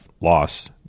loss